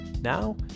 now